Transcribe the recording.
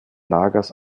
lagers